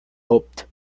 hoped